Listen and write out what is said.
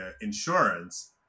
insurance